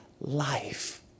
life